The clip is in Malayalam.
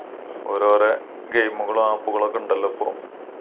ഓരോരോ ഗെയിമുകളും ആപ്പുകളുമൊക്കെ ഉണ്ടല്ലോ ഇപ്പോള്